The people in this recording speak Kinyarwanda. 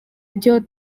byo